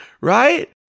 right